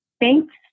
thanks